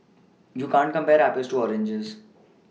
you can't compare Apples to oranges